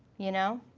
you know?